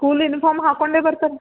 school uniform ಹಾಕ್ಕೊಂಡೆ ಬರ್ತಾನೆ